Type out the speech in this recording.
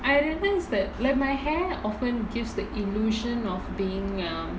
I realise that like my hair often gives the illusion of being um